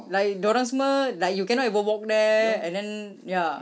like dia orang semua like you cannot even walk there and then ya